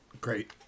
Great